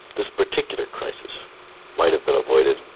this particular crisis might've been avoided.